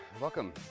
Welcome